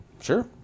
sure